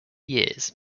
years